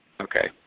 Okay